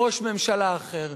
בראש ממשלה אחר.